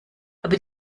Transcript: aber